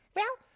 well,